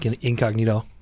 incognito